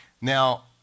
Now